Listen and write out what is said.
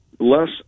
Less